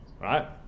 right